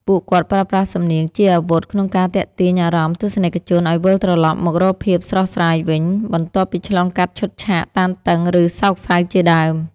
ពួកគាត់ប្រើប្រាស់សំនៀងជាអាវុធក្នុងការទាក់ទាញអារម្មណ៍ទស្សនិកជនឱ្យវិលត្រឡប់មករកភាពស្រស់ស្រាយវិញ បន្ទាប់ពីឆ្លងកាត់ឈុតឆាកតានតឹង ឬសោកសៅជាដើម។